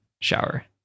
shower